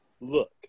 Look